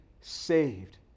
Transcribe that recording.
saved